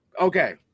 Okay